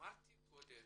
אמרתי קודם